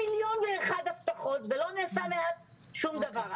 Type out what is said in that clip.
נתנו מיליון ואחת הבטחות, ומאז לא נעשה שום דבר.